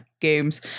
games